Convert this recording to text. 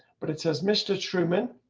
but it says, mr. truman,